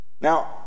Now